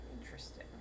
Interesting